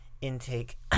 intake